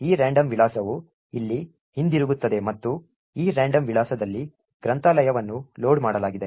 ಆದ್ದರಿಂದ ಈ ರಾಂಡಮ್ ವಿಳಾಸವು ಇಲ್ಲಿ ಹಿಂದಿರುಗುತ್ತದೆ ಮತ್ತು ಈ ರಾಂಡಮ್ ವಿಳಾಸದಲ್ಲಿ ಗ್ರಂಥಾಲಯವನ್ನು ಲೋಡ್ ಮಾಡಲಾಗಿದೆ